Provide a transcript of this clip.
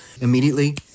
Immediately